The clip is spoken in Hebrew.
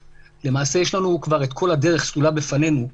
למעשה, יש לנו כבר את כל הדרך סלולה בפנינו,